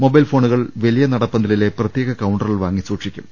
mobile ഫോണുകൾ വലിയ നടപ്പന്തലിലെ പ്രത്യേക കൌണ്ടറിൽ വാങ്ങി സൂക്ഷിക്കും